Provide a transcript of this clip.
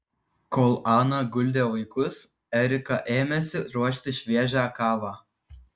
kol ana guldė vaikus erika ėmėsi ruošti šviežią kavą